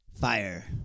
fire